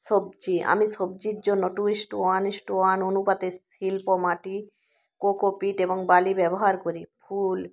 সবজি আমি সবজির জন্য two is to one is to one অনুপাতে শিল্প মাটি কোকোপিট এবং বালি ব্যবহার করি ফুল